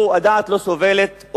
או הדעת לא סובלת,